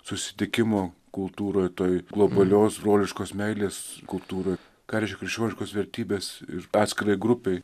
susitikimo kultūroj toj globalios broliškos meilės kultūroj ką reiškia krikščioniškos vertybės ir atskirai grupei